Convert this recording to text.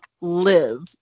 live